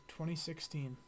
2016